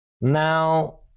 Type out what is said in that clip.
now